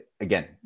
again